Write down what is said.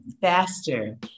faster